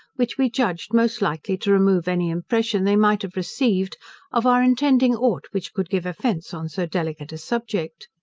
which we judged most likely to remove any impression they might have received of our intending aught, which could give offence on so delicate a subject.